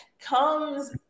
comes